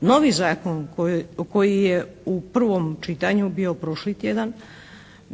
Novi zakon koji je u prvom čitanju bio prošli tjedan